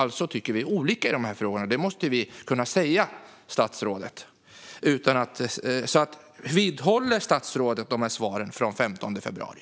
Vi tycker alltså olika i dessa frågor, statsrådet, och det måste vi kunna säga. Vidhåller statsrådet sina svar från den 15 februari?